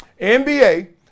NBA